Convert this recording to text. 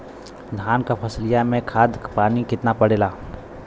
धान क फसलिया मे खाद पानी कितना पड़े ला?